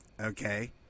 okay